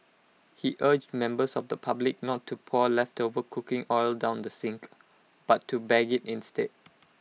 he urged members of the public not to pour leftover cooking oil down the sink but to bag IT instead